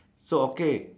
so okay